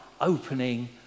opening